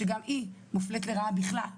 שגם היא מופלית לרעה בכלל,